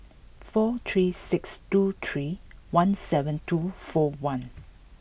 four three six two three one seven two four one